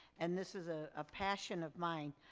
and this is a ah passion of mine.